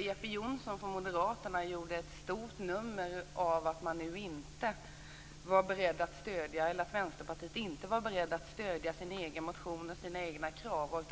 Jeppe Johnsson från Moderaterna gjorde stort nummer av att Vänsterpartiet inte var berett att stödja sin egen motion och sina egna krav.